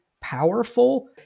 powerful